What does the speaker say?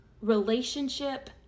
relationship